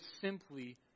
simply